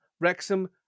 Wrexham